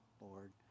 Lord